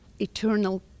eternal